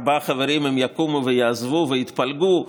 ארבעה חברים הם יקומו ויעזבו ויתפלגו,